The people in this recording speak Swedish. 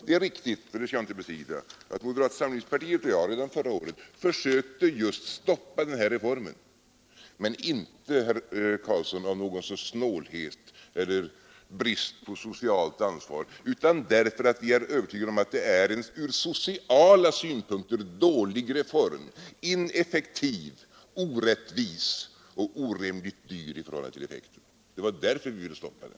Det är riktigt — och det skall jag inte bestrida — att moderata samlingspartiet och jag redan förra året försökte stoppa den här reformen, men inte, herr Karlsson, på grund av någon sorts snålhet eller brist på socialt ansvar, utan därför att vi var övertygade om att det är en från sociala synpunkter dålig reform — ineffektiv, orättvis och orimligt dyr i förhållande till effekten. Det var därför vi ville stoppa den.